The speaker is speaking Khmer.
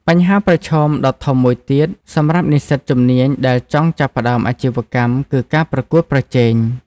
បញ្ហាប្រឈមដ៏ធំមួយទៀតសម្រាប់និស្សិតជំនាញដែលចង់ចាប់ផ្តើមអាជីវកម្មគឺការប្រកួតប្រជែង។